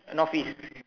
north east